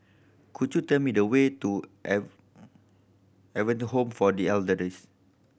could you tell me the way to Adventist Home for The Elders